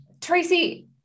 Tracy